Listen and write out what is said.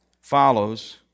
follows